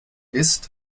isst